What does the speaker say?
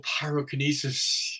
pyrokinesis